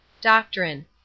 Doctrine